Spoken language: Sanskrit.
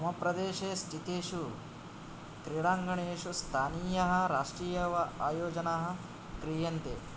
मम प्रदेशे स्थितेषु क्रीडाङ्गणेषु स्थानीयाः राष्ट्रीयः वा आयोजनाः क्रियन्ते